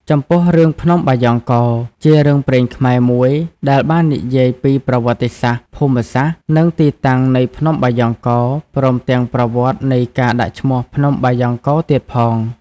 ចំពោះរឿងភ្នំបាយ៉ង់កោ ជារឿងព្រេងខ្មែរមួយដែលបាននិយាយពី ប្រវត្តិសាស្រ្ត ភូមិសាស្រ្ដ និងទីតាំងនៃភ្នំបាយ៉ង់កោ ព្រមទាំងប្រវត្តិនៃការដាក់ឈ្មោះភ្នំបាយ៉ង់កោទៀតផង។